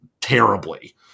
terribly